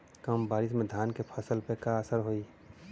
कम बारिश में धान के फसल पे का असर होई?